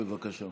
בבקשה.